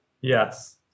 yes